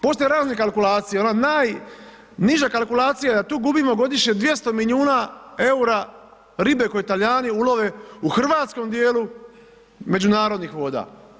Postoje razne kalkulacije, ono najniža kalkulacija da tu gubimo godišnje 200 milijuna eura ribe koju Talijani ulove u hrvatskom dijelu međunarodnih voda.